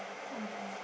or here